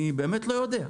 אני באמת לא יודע.